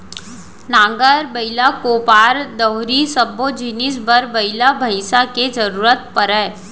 नांगर, बइला, कोपर, दउंरी सब्बो जिनिस बर बइला भईंसा के जरूरत परय